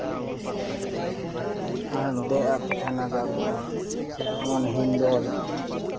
ᱟᱨ ᱫᱮᱡ ᱟᱜ ᱠᱚ ᱛᱟᱦᱮᱸᱱᱟ ᱡᱟᱜᱮ ᱚᱱᱟ ᱦᱤᱝᱰᱳᱞ